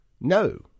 No